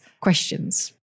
questions